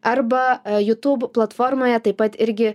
arba youtube platformoje taip pat irgi